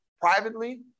privately